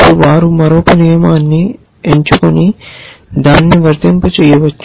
అప్పుడు వారు మరొక నియమాన్ని ఎంచుకొని దానిని వర్తింపజేయవచ్చు